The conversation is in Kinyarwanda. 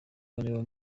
bane